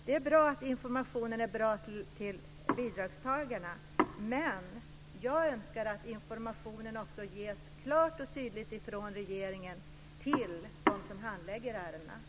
Det är bra att informationen är bra till bidragstagarna, men jag önskar att informationen också ges klart och tydligt från regeringen till dem som handlägger ärendena.